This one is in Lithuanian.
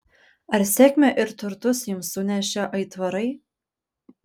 ar sėkmę ir turtus jums sunešė aitvarai